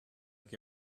que